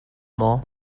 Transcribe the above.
maw